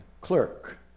clerk